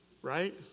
Right